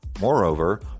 Moreover